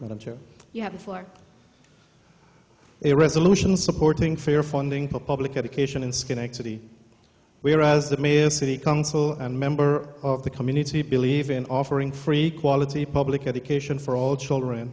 a resolution supporting fair funding for public education in schenectady whereas the mayor city council and member of the community believe in offering free quality public education for all children